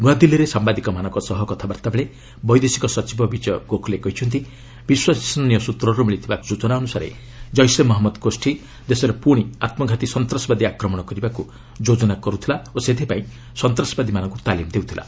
ନ୍ତଆଦିଲ୍ଲୀରେ ସାମ୍ବାଦିକମାନଙ୍କ ସହ କଥାବାର୍ତ୍ତା ବେଳେ ବୈଦେଶିକ ସଚିବ ବିକୟ ଗୋଖଲେ କହିଛନ୍ତି ବିଶ୍ୱସନୀୟ ସ୍ୱତ୍ରରୁ ମିଳିଥିବା ସୂଚନା ଅନୁସାରେ ଜେସେ ମହମ୍ମଦ ଗୋଷୀ ଦେଶରେ ପୁଣି ଆତ୍ମଘାତି ସନ୍ତାସବାଦୀ ଆକ୍ରମଣ କରିବାକୁ ଯୋଜନା କରୁଥିଲା ଓ ସେଥିପାଇଁ ସନ୍ତାସବାଦୀମାନଙ୍କୁ ତାଲିମ୍ ଦେଉଥିଲା